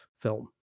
film